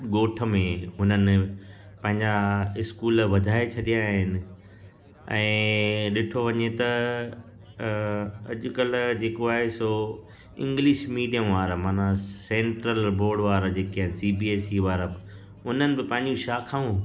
ॻोठ में हुननि पंहिंजा स्कूल वधाए छॾिया आहिनि ऐं ॾिठो वञे त अॼु कल्ह जेको आहे सो इंग्लिश मीडियम वारा माना सेंट्रल बोर्ड वारा जेके आहिनि सी बी एस ई वारा उन्हनि बि पंहिंजी शाख़ाऊं